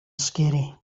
scary